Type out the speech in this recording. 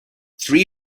three